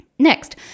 Next